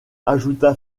ajouta